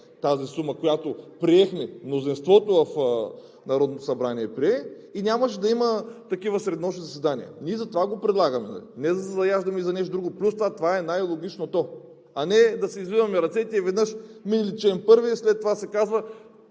тази сума, която мнозинството в Народното събрание прие, и нямаше да има такива среднощни заседания. Ние затова го предлагаме, а не да се заяждаме, или за нещо друго. Плюс това, това е най-логичното, а не да си извиваме ръцете и веднъж мине ли чл. 1, след това да се казва: